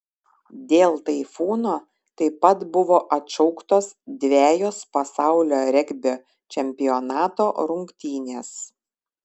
dėl taifūno taip pat buvo atšauktos dvejos pasaulio regbio čempionato rungtynės